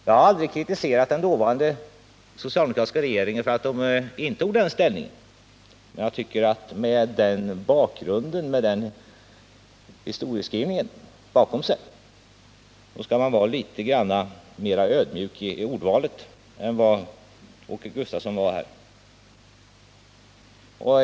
Jag har aldrig kritiserat den dåvarande socialdemokratiska regeringen för att den intog den ställningen, men med den historieskrivningen som bakgrund tycker jag att man bör vara litet mera ödmjuk i ordvalet än vad Åke Gustavsson var här.